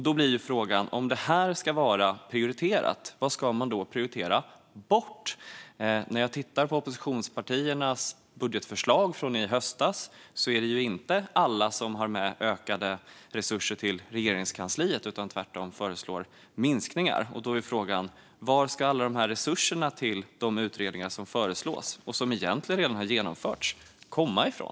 Då blir frågan: Om det här ska vara prioriterat, vad ska man då prioritera bort? När jag tittar på oppositionspartiernas budgetförslag från i höstas kan jag konstatera att inte alla har med ökade resurser till Regeringskansliet. Tvärtom föreslår man minskningar. Då är frågan: Var ska alla de här resurserna till de utredningar som föreslås, och som egentligen redan har genomförts, komma ifrån?